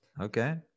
Okay